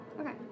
Okay